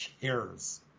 cares